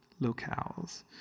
locales